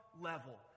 level